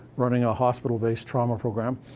running a hospital-based trauma program.